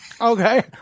Okay